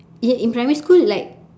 i~ in primary school like